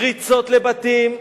פריצות לבתים,